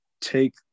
take